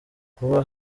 kuba